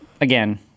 again